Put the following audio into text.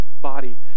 body